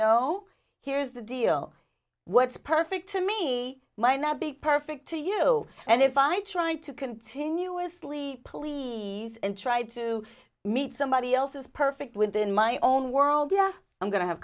know here's the deal what's perfect to me might not be perfect to you and if i try to continuously please and try to meet somebody else's perfect within my own world you know i'm going to have